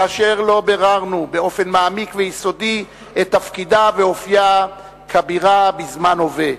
כאשר לא ביררנו באופן מעמיק ויסודי את תפקידה ואופיה כבירה בזמן הווה?